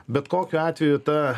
bet kokiu atveju ta